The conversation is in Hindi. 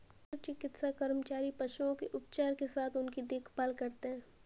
पशु चिकित्सा कर्मचारी पशुओं के उपचार के साथ उनकी देखभाल करते हैं